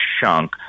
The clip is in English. chunk